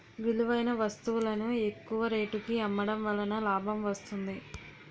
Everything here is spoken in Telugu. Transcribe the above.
విలువైన వస్తువులను ఎక్కువ రేటుకి అమ్మడం వలన లాభం వస్తుంది